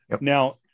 Now